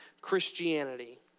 Christianity